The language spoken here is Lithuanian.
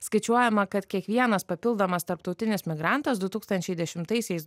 skaičiuojama kad kiekvienas papildomas tarptautinis migrantas du tūkstančiai dešimtaisiais